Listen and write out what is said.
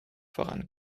voran